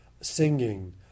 singing